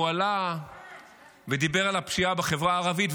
עלה ודיבר על הפשיעה בחברה הערבית,